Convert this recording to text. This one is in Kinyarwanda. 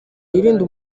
yirinde